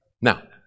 Now